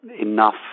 enough